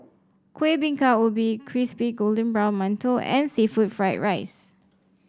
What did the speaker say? Kuih Bingka Ubi Crispy Golden Brown Mantou and seafood Fried Rice